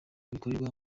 bikorerwa